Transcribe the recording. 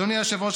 אדוני היושב-ראש,